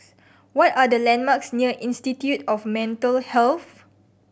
what are the landmarks near Institute of Mental Health